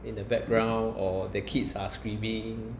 in the background or the kids are screaming